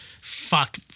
Fuck